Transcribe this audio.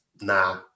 nah